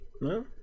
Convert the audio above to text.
No